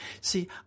See